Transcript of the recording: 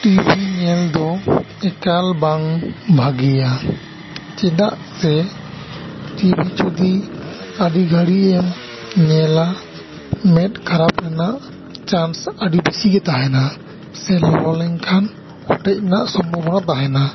TV ᱧᱮᱞ ᱫᱚ ᱮᱠᱟᱞ ᱵᱟᱝ ᱵᱷᱟᱹᱜᱤᱭᱟ ᱪᱮᱫᱟᱜ ᱥᱮ ᱴᱤᱵᱷᱤ ᱡᱩᱫᱤ ᱟᱹᱰᱤ ᱜᱷᱟᱹᱲᱤᱡ ᱮᱢ ᱧᱮᱞᱟ ᱢᱮᱫ ᱠᱷᱟᱨᱟᱯ ᱨᱮᱱᱟᱜ ᱪᱟᱱᱥ ᱟᱹᱰᱤ ᱵᱤᱥᱤ ᱜᱮ ᱛᱟᱦᱮᱱᱟ ᱥᱮ ᱞᱚᱞᱚ ᱞᱮᱱᱠᱷᱟᱱ ᱚᱴᱮᱡ ᱨᱮᱱᱟᱜ ᱥᱚᱢᱵᱷᱚᱵᱚᱱᱟ ᱛᱟᱦᱮᱱᱟ